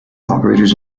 operators